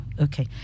Okay